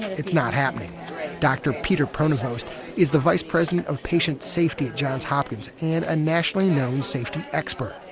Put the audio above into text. it's not happening dr. peter pronovost is the vice president of patient safety at johns hopkins, and a nationally known safety expert.